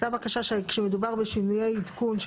הייתה בקשה שכשמדובר בשינויי עדכון,